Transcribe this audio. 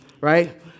Right